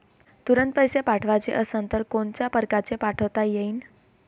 तुरंत पैसे पाठवाचे असन तर कोनच्या परकारे पाठोता येईन?